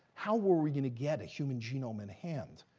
how were we going to get a human genome in hand?